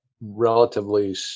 relatively